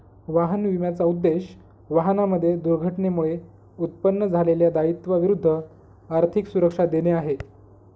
वाहन विम्याचा उद्देश, वाहनांमध्ये दुर्घटनेमुळे उत्पन्न झालेल्या दायित्वा विरुद्ध आर्थिक सुरक्षा देणे आहे